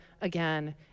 again